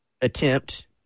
attempt